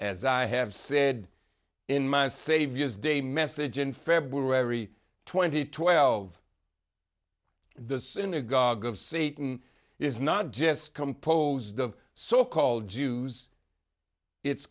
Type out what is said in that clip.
as i have said in my saviors day message in february twenty twelve the synagogue of satan is not just composed of so called jews it's